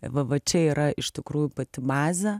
va va čia yra iš tikrųjų pati bazė